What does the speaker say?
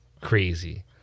crazy